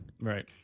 Right